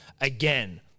Again